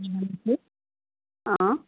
অঁ